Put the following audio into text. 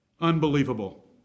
Unbelievable